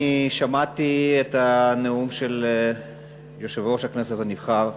אני שמעתי את הנאום של יושב-ראש הכנסת הנבחר,